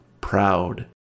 proud